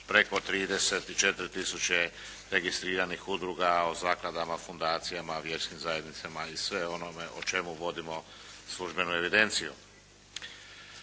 preko 34000 registriranih udruga, o zakladama, fundacijama, vjerskim zajednicama i sve onome o čemu vodimo službenu evidenciju.